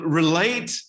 relate